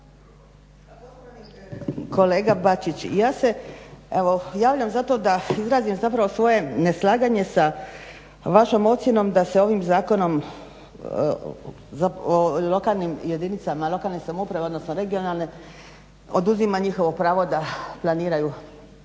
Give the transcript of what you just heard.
poštovani kolega Bačić, ja se evo javljam zato da izrazim zapravo svoje neslaganje sa vašom ocjenom da se ovim zakonom lokalnim jedinicama, lokalnim samoupravama odnosno regionalne oduzima njihovo pravo da planiraju svoj